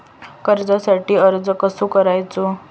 कर्जासाठी अर्ज कसो करायचो?